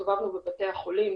הסתובבנו בבתי החולים,